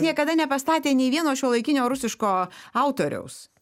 niekada nepastatė nei vieno šiuolaikinio rusiško autoriaus